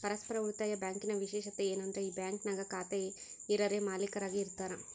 ಪರಸ್ಪರ ಉಳಿತಾಯ ಬ್ಯಾಂಕಿನ ವಿಶೇಷತೆ ಏನಂದ್ರ ಈ ಬ್ಯಾಂಕಿನಾಗ ಖಾತೆ ಇರರೇ ಮಾಲೀಕರಾಗಿ ಇರತಾರ